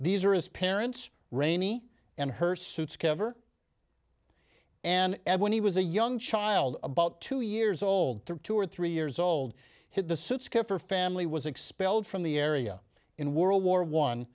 these are his parents rainey and her suits cover and ed when he was a young child about two years old there two or three years old hit the suits kefir family was expelled from the area in world war one